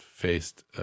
faced